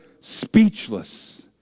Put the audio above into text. speechless